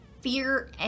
fear